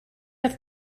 have